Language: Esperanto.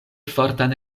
fortan